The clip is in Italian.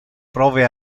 prove